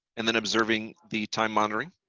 and then observing the time monitoring.